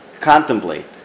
contemplate